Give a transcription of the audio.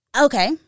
Okay